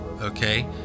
okay